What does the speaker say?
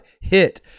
hit